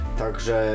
także